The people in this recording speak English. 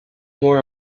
more